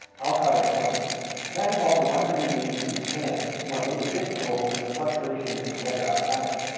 alcott explains that involved a one hundred and eighty degree pan and what made it difficult was the fluctuations in the weather outside.